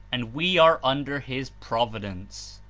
and we are under his providence.